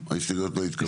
ההסתייגויות לא התקבלו.